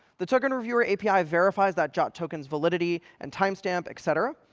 the tokenreviewer api verifies that jwt token's validity, and time stamp, et cetera.